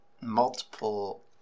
multiple